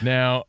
Now